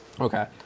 Okay